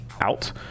out